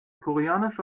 koreanische